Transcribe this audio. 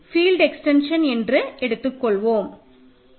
இதை field extension என்று எடுத்துக்கொள்வோம்